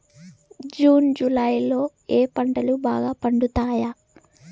June July లో ఏ పంటలు బాగా పండుతాయా?